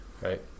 right